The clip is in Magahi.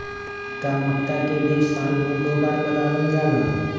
का मक्का के बीज साल में दो बार लगावल जला?